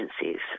agencies